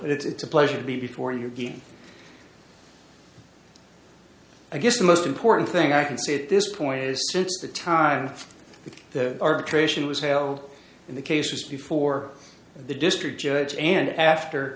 but it's a pleasure to be before your game i guess the most important thing i can say at this point is since the time when the arbitration was held in the cases before the district judge and after